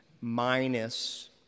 minus